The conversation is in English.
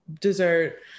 dessert